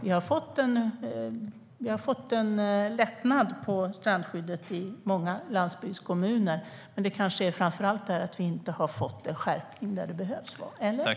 Vi har fått en lättnad i strandskyddet i många landsbygdskommuner, men framför allt har vi inte fått en skärpning där det behövs. Eller?